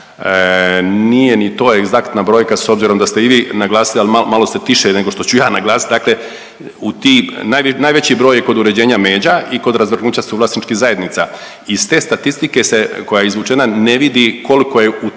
nije ni to egzaktna brojka s obzirom da ste i vi naglasili, ali malo ste tiše nego što ću ja naglasiti, dakle u tih najveći je kod uređenja međa i kod razvrgnuća suvlasničkih zajednica. Iz te statistike se koja je izvučena ne vidi koliko je u